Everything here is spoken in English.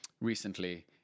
recently